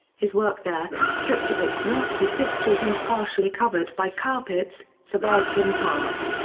his work there, stripped of its nazi fixtures and partially covered by carpets, survives in part.